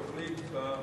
בתוכנית,